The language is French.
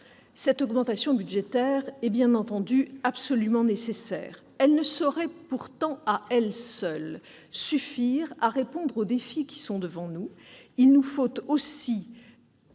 Cette augmentation budgétaire est bien entendu absolument nécessaire ; elle ne saurait pourtant à elle seule suffire à relever les défis qui sont devant nous : il nous faut aussi